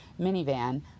minivan